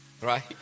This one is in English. Right